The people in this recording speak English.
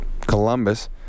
Columbus